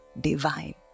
divine